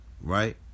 Right